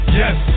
yes